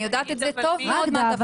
אני יודעת את זה טוב מאוד.